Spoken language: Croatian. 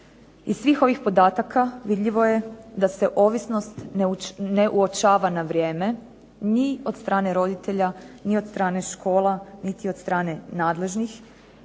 Iz svih ovih podataka vidljivo je da se ovisnost ne uočava na vrijeme ni od strane roditelja, ni od strane škola, niti od strane nadležnih.